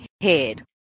head